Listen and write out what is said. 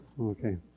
Okay